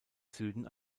süden